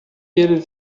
eles